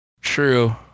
True